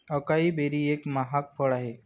acai berry एक महाग फळ आहे